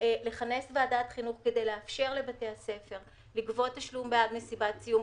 לכנס ועדת חינוך כדי לאפשר לבתי הספר לגבות תשלום בעד מסיבת סיום.